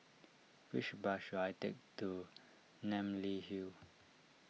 which bus should I take to Namly Hill